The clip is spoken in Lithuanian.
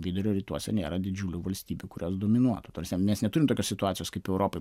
vidurio rytuose nėra didžiulių valstybių kurios dominuotų ta prasme mes neturim tokios situacijos kaip europoj